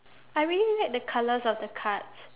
I really like the colours of the cards